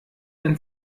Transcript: ein